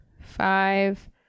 five